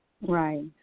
Right